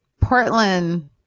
Portland